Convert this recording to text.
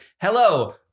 hello